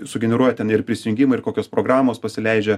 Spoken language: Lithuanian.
sugeneruoja ten ir prisijungimą ir kokios programos pasileidžia